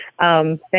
Thank